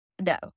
No